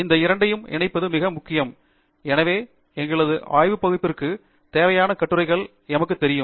இந்த இரண்டையும் இணைப்பது மிக முக்கியம் எனவே எங்களது ஆய்வுப் பகுப்பிற்கு தேவையான கட்டுரைகள் எமக்குத் தெரியும்